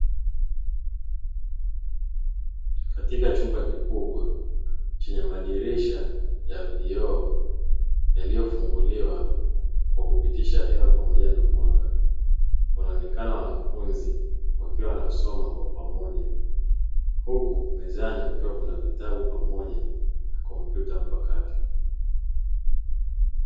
Katika chumba kikubwa chenye madirisha makubwa ya vioo yaliyofunguliwa kwa kupitisha hewa pamoja na mwanga, wanaonekana wanafunzi wakiwa wanasoma pamoja huku mezani kukiwa na vitabu pamoja na kompyuta mpakato.